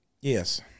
Yes